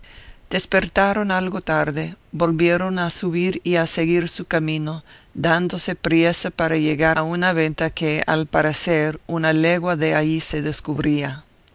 despertaron algo tarde volvieron a subir y a seguir su camino dándose priesa para llegar a una venta que al parecer una legua de allí se descubría